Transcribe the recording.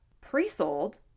pre-sold